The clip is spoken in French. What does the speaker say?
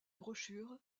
brochure